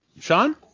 Sean